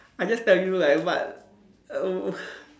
I just telling you like what err